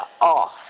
off